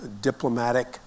diplomatic